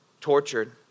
tortured